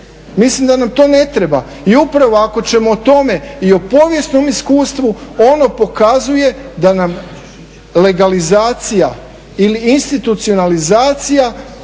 Mislim da nam to ne treba. I upravo ako ćemo o tome i o povijesnom iskustvu ono pokazuje da nam legalizacija ili institucionalizacija